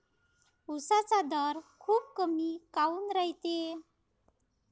उसाचा दर खूप कमी काऊन रायते?